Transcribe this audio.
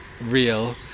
Real